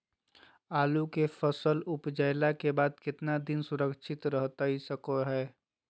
आलू के फसल उपजला के बाद कितना दिन सुरक्षित रहतई सको हय?